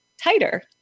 tighter